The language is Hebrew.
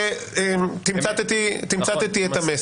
זה תמצתי את המסר.